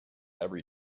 every